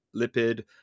lipid